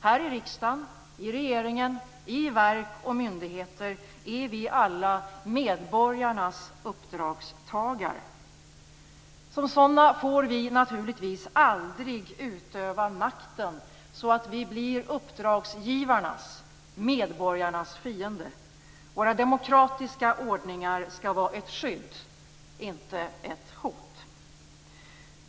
Här i riksdagen, i regeringen, i verk och myndigheter är vi alla medborgarnas uppdragstagare. Som sådana får vi naturligtvis aldrig utöva makten så att vi blir uppdragsgivarnas - medborgarnas - fiende. Våra demokratiska ordningar skall vara ett skydd och inte ett hot.